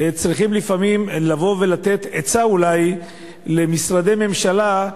צריכים לתת עצה, אולי למשרדי הממשלה,